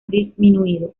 disminuido